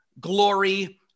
glory